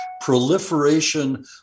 proliferation